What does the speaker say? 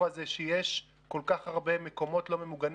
הזה שיש כל כך הרבה מקומות לא ממוגנים,